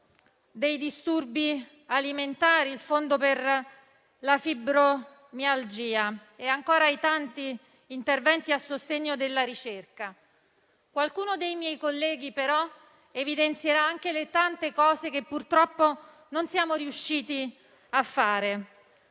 dei disturbi alimentari, il fondo per la fibromialgia e, ancora, i tanti interventi a sostegno della ricerca. Qualcuno dei miei colleghi, però, evidenzierà anche le tante cose che purtroppo non siamo riusciti a fare.